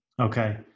Okay